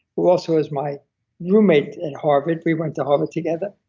who also is my roommate in harvard, we went to harvard together.